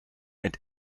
and